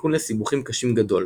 והסיכון לסיבוכים קשים גדול,